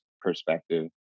perspective